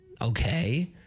Okay